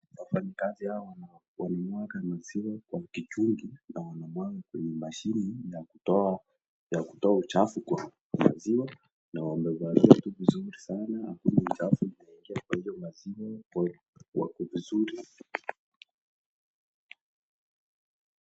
Wafanyikazi hawa wamemwaga maziwa kwa kichungi na wanamwaga kwenye mashini ya kutoa uchafu kwa maziwa na wamevalia vizuri sana hakuna uchafu inaingia kwa hiyo maziwa kuwa wako vizuri.